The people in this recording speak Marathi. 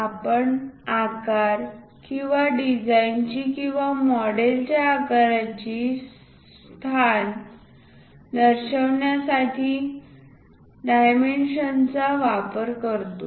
आपण आकार किंवा डिझाइन ची किंवा मॉडेलच्या आकाराचे स्थान दर्शविण्यासाठी डायमेन्शन्सचा वापर करतो